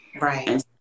Right